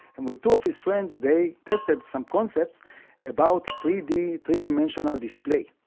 and with two of his friends they tested some concepts about three d, three-dimensional display,